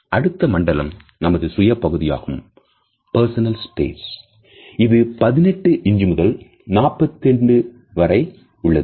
அடுத்த மண்டலம் நமது சுய பகுதியாகும் இது 18 இன்ச்முதல் 48 இன்றுவரை உள்ளது